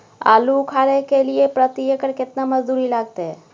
आलू उखारय के लिये प्रति एकर केतना मजदूरी लागते?